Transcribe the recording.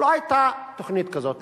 לא היתה תוכנית כזאת.